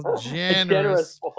generous